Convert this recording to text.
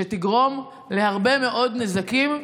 שתגרום להרבה מאוד נזקים.